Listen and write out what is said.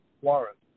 warrant